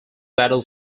battle